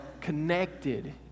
connected